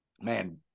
man